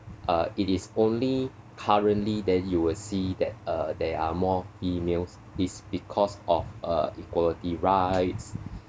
uh it is only currently that you will see that uh there are more females is because of uh equality rights